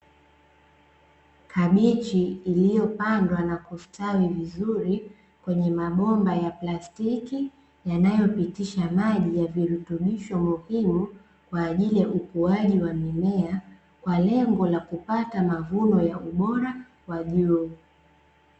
Kabichi iliyopandwa na kustawi vizuri, kwenye mabomba ya plastiki, yanayopitisha maji ya virutubisho muhimu, kwa ajili ya ukuaji wa mimea, kwa lengo la kupata mavuno ya ubora wa juu.